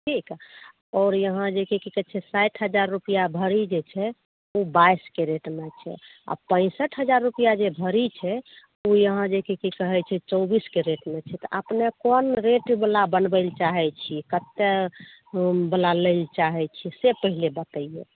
ठीक आओर यहाँ जे की कहै छै साठि हजार रुपैआ भरी जे छै ओ बाइस कैरेटमे छै आ पैसठ हजार रुपया जे भरी छै ओ यहाँ जे कि की कहै छै चौबीस कैरेट मे छै तऽ अपने कोन रेट बला बनबै ला चाहै छी कत्ते बला लै ला चाहै छी से पहिले बतैयौ